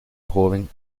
joven